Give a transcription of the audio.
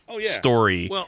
story